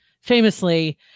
famously